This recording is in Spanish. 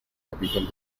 capital